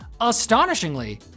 astonishingly